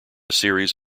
series